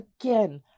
again